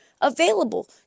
available